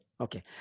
Okay